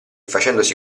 facendosi